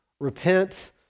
Repent